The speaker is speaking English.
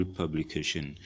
publication